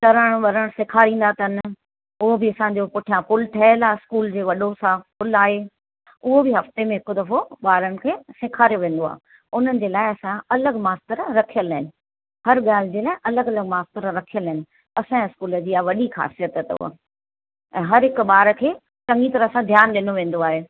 तरणु वरणु सेखारींदा अथनि उहो बि असांजे पुठियां पूल ठहियल आहे स्कूल जे वॾो सां पूल आहे उहो बि हफ़्ते में हिकु दफ़ो ॿारनि खे सेखारियो वेंदो आहे उन्हनि जे लाइ असां अलॻि मास्टर रखियल आहिनि हर ॻाल्हि जे न अलॻि अलॻि मास्टर रखियल आहिनि असांजे स्कूल जी इहा वॾी ख़ासियत अथव ऐं हर हिक ॿार खे चङी तरह सां ध्यानु ॾींदो वेंदो आहे